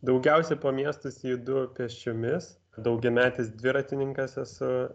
daugiausiai po miestus judu pėsčiomis daugiametis dviratininkas esu